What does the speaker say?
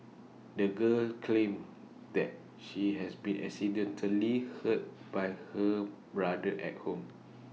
the girl claimed that she had been accidentally hurt by her brother at home